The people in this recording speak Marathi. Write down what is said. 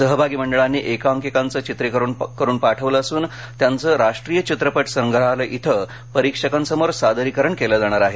सहभागी मंडळांनी एकांकिकांचे चित्रिकरण करून पाठविल्या असून त्यांचं राष्ट्रीय चित्रपट संग्रहालय इथं परीक्षकांसमोर सादरीकरण केले जाणार आहे